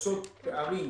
לכסות פערים